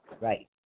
right